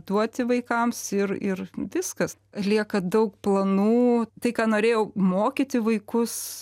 duoti vaikams ir ir viskas lieka daug planų tai ką norėjau mokyti vaikus